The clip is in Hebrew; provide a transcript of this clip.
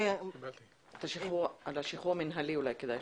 על השחרור המינהלי אולי כדאי שתדברי.